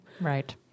Right